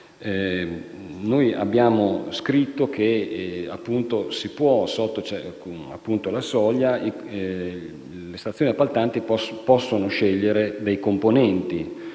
Noi abbiamo scritto che, sotto la soglia, le stazioni appaltanti possono scegliere dei componenti.